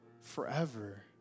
forever